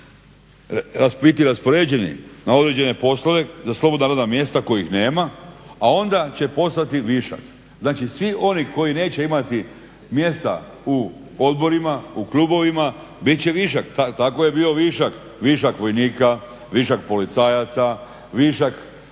raspoređeni na određene poslove za slobodna radna mjesta kojih nema, a onda će postati višak. Znači, svi oni koji neće imati mjesta u odborima, u klubovima bit će višak. Tako je bio višak vojnika, višak policajaca, višak